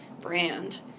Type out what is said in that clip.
brand